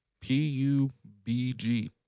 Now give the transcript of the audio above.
P-U-B-G